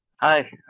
Hi